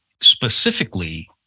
Specifically